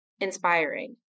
inspiring